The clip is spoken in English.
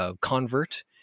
convert